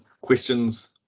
questions